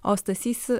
o stasys